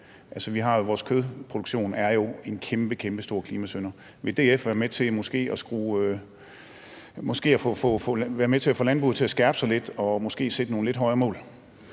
nok. Vores kødproduktion er jo en kæmpe, kæmpe stor klimasynder. Vil DF være med til måske at få landbruget til at skærpe sig lidt og måske sætte nogle lidt højere mål?